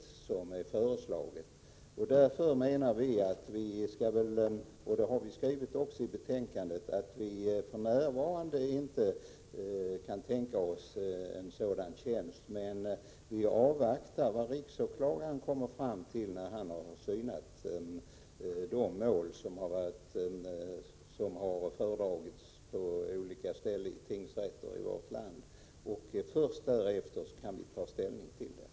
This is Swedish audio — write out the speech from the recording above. Vi menar därför, vilket vi också har skrivit i betänkandet, att vi för närvarande inte kan tänka oss att en sådan tjänst inrättas. Men vi avvaktar vad riksåklagaren kommer fram till efter sin översyn av de mål som har föredragits på de olika tingsrätterna i vårt land. Först därefter kan vi ta ställning till detta.